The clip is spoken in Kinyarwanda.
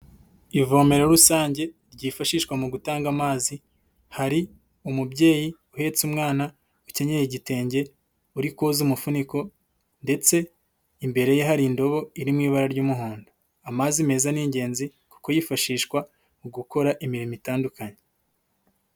Ivomero rusange ryifashishwa mu gutanga amazi, hari umubyeyi uhetse umwana, ukenyeye igitenge, uri koza umufuniko ndetse imbere ye hari indobo iri mu ibara ry'umuhondo, amazi meza ni ingenzi kuko yifashishwa mu gukora imirimo itandukanye.